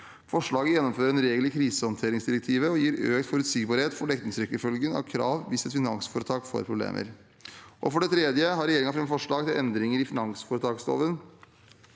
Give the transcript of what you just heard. Forslaget gjennomfører en regel i krisehåndteringsdirektivet og gir økt forutsigbarhet for dekningsrekkefølgen av krav hvis et finansforetak får problemer. For det tredje har regjeringen fremmet forslag til endringer i finansforetaksloven